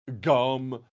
Gum